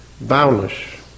Boundless